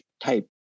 type